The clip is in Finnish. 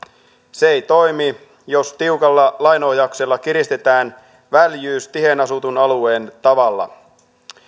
se ei toimi jos tiukalla lain ohjauksella kiristetään väljyys tiheään asutun alueen tavalla